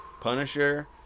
Punisher